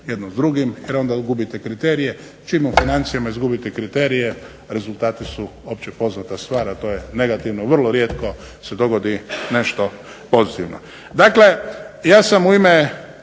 jedno s drugim jer onda gubite kriterije. Čim u financijama izgubite kriterije rezultati su opće poznata stvar, a to je negativno. Vrlo rijetko se dogodi nešto pozitivno. Dakle, ja sam u ime